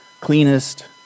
cleanest